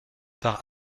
part